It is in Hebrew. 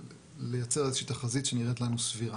לייצר איזו שהיא תחזית שנראית לנו סבירה.